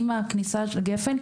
עם הכניסה של גפן.